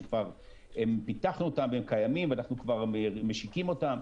שכבר פיתחנו אותם והם קיימים ואנחנו כבר משיקים אותם,